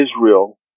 Israel